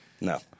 No